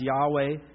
Yahweh